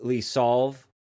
solve